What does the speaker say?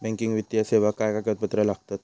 Banking वित्तीय सेवाक काय कागदपत्र लागतत?